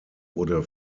wurde